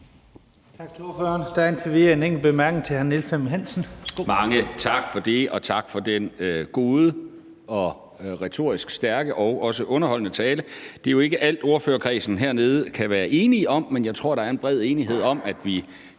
til hr. Niels Flemming Hansen. Værsgo. Kl. 19:12 Niels Flemming Hansen (KF): Mange tak for det, og tak for den gode, retorisk stærke og også underholdende tale. Det er jo ikke alt, ordførerkredsen hernede kan være enige om, men jeg tror, der er en bred enighed om, at vi